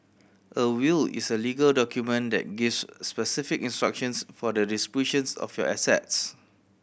a will is a legal document that gives specific instructions for the distributions of your assets